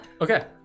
Okay